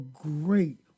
great